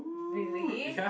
really